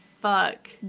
fuck